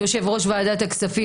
יושב-ראש ועדת הכספים,